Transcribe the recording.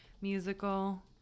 musical